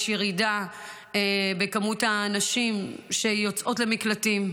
בכמות הנשים שיוצאות למקלטים,